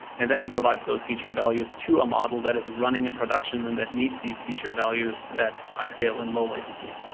and then it provides those feature values to a model that is running in production and that needs these feature values at high scale and low latency.